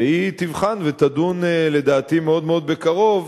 והיא תבחן ותדון, לדעתי מאוד-מאוד בקרוב,